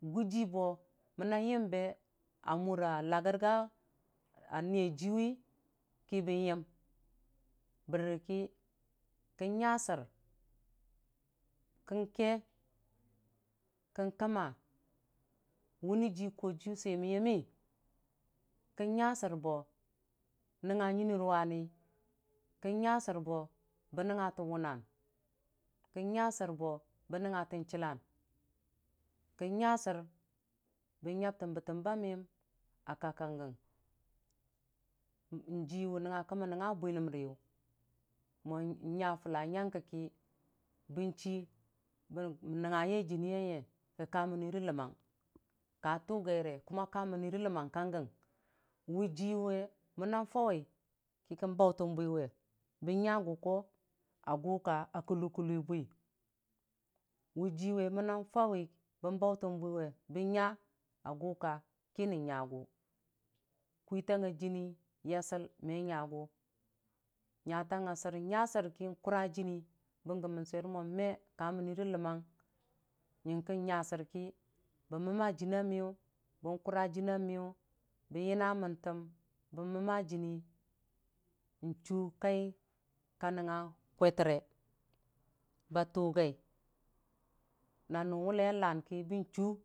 Gujii bo mənna yombi amura lagor ga a niiyajiiwi ko bon yom barki kon nya sor kən ke kən kəmma wʊnijii kojiiyʊ so moniyəmmi kən nya sər bo nəngnga nuini rʊwani kən nya sər bo bon nəngnga tən wunnan kon nya ser bo bon nəngnga ton chillan kən nya sər bon nyamtin bətəm ba miyəm a kak kagə jii wa nəngngfa kə mən nəngnga bwiləmriyʊ mo nya fʊlla nya kə ki bəonchi n'nang nga jənni yaiye ki, kaamən nuire ləmmang ka tʊ gaire ka mən nuiri ləmmang wʊjii we mənnan fauwe kə kən baitən bwiwe bonnya yugo a guka a kulo kulowi bwi wʊjii we monna fauwi bən bautən bwi bənnya a gʊga kə nən nyayʊ kwi tangnga jənni yasol me nyagʊ nya tan nga ser nya ser k kʊra jonni bonge monsuwere mo me ka nuiro ləmmang ying ko nya sorki bo momma jinna niyʊ bon yura jənna miyʊ bon yina monta bon momma jonni n'chukai ka nəngnga kwitəre ba tugai nanʊ wi lai a lanki bon chu.